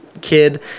kid